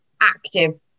active